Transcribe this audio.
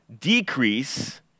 decrease